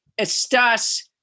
estás